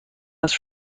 است